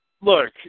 look